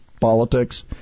politics